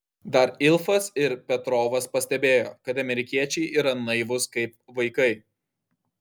dar ilfas ir petrovas pastebėjo kad amerikiečiai yra naivūs kaip vaikai